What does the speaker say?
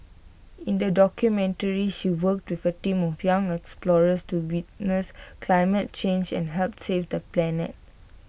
in the documentary she worked with A team of young explorers to witness climate change and help save the planet